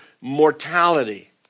mortality